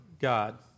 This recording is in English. God